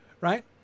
right